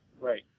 Right